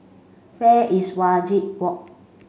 where is Wajek walk